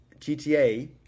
GTA